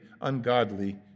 ungodly